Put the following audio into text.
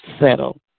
settle